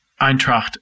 Eintracht